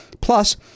plus